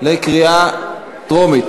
לדיון בוועדת העבודה והרווחה.